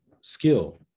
skill